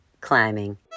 climbing